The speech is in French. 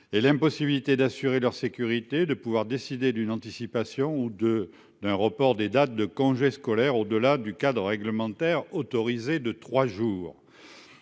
et l'impossibilité d'assurer leur sécurité de pouvoir décider d'une anticipation ou de d'un report des dates de congés scolaires, au delà du cadre réglementaire autorisé de trois jours.